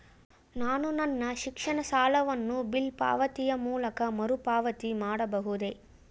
ನಾನು ನನ್ನ ಶಿಕ್ಷಣ ಸಾಲವನ್ನು ಬಿಲ್ ಪಾವತಿಯ ಮೂಲಕ ಮರುಪಾವತಿ ಮಾಡಬಹುದೇ?